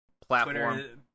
platform